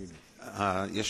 האוכלוסייה החלשה כמעט לא נהנתה.